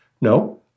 No